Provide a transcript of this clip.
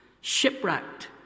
Shipwrecked